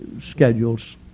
schedules